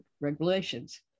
regulations